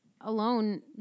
alone